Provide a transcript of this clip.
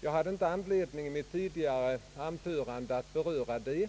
Jag hade inte anledning att i mitt tidigare anförande beröra det,